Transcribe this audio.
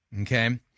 Okay